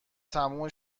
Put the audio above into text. تموم